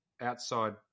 outside